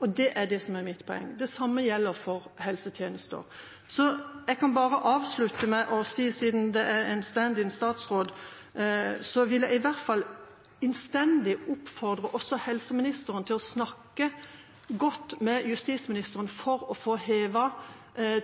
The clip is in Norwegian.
og det er det som er mitt poeng. Det samme gjelder for helsetjenester. Jeg kan bare avslutte med å si – siden det er en stand-in statsråd – at jeg vil innstendig oppfordre helseministeren til å snakke godt med justisministeren for å få hevet